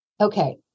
okay